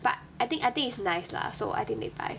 but I think I think it's nice lah so I think they buy